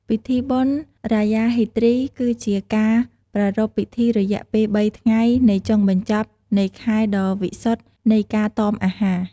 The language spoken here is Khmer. ពិធីបុណ្យ រ៉ាយ៉ា ហ្វីទ្រី គឺជាការប្រារព្ធពិធីរយៈពេលបីថ្ងៃនៃចុងបញ្ចប់នៃខែដ៏វិសុទ្ធនៃការតមអាហារ។